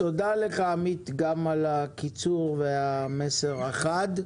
תודה לך גם על הקיצור בדברים וגם על המסר החד.